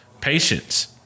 patience